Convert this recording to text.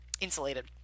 insulated